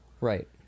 Right